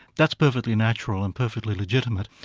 that's perfectly natural, and perfectly legitimate,